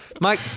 Mike